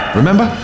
remember